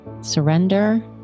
surrender